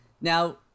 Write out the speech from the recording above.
Now